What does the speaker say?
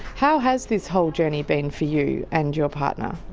how has this whole journey been for you and your partner?